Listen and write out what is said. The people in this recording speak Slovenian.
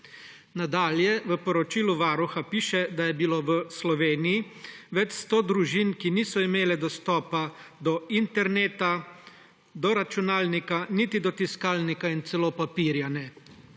Nadalje v poročilu Varuha piše, da je bilo v Sloveniji več sto družin, ki niso imele dostopa do interneta, do računalnika niti do tiskalnika in celo papirja ne.